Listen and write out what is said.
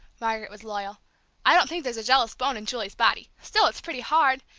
margaret was loyal i don't think there's a jealous bone in julie's body still, it's pretty hard!